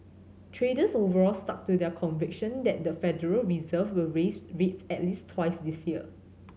traders overall stuck to their conviction that the Federal Reserve will raise rates at least twice this year